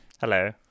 hello